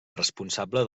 responsable